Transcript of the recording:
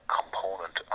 component